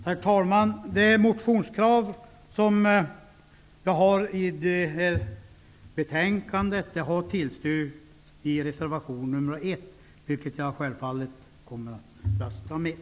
Herr talman! Det motionskrav som jag har i fråga om detta betänkande omfattas i reservation nr 1, som jag självfallet kommer att rösta för.